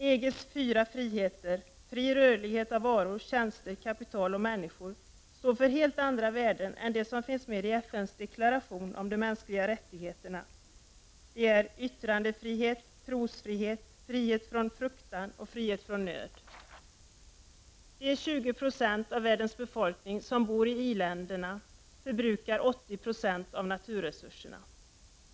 EG:s fyra friheter — fri rörlighet över gränserna för varor, tjänster, kapital och människor — står för helt andra värden än de friheter som finns upptagna i FN:s deklaration om de mänskliga rättigheterna. De är yttrandefrihet, trosfrihet, frihet från fruktan och frihet från nöd. De 20 90 av världens befolkning som bor i i-länderna förbrukar 80 90 av naturresurserna.